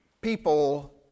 people